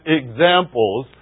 examples